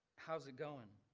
how's it going?